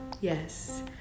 Yes